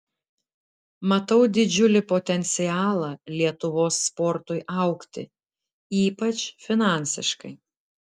matau didžiulį potencialą lietuvos sportui augti ypač finansiškai